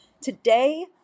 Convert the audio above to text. Today